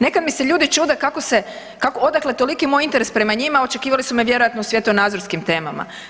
Nekad mi se ljudi čude kako se, odakle toliki moj interes prema njima, očekivali su me vjerojatno s svjetonazorskim temama.